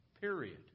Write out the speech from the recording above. Period